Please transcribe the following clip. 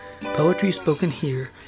PoetrySpokenHere